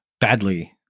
badly